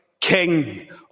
King